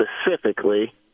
specifically